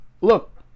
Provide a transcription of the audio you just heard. look